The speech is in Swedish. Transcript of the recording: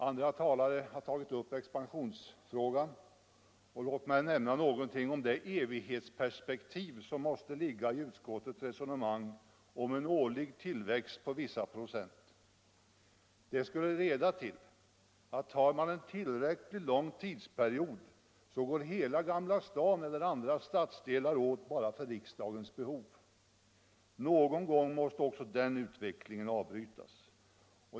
Andra talare har tagit upp expansionsfrågan, och låt mig nämna något om det evighetsperspektiv som måste ligga i utskottets resonemang om en årlig tillväxttakt på vissa procent. Detta skulle leda till att tar man till en tillräckligt lång tidsperiod så går hela Gamla stan eller andra stadsdelar åt för riksdagens behov. Någon gång måste också den utvecklingen avbrytas.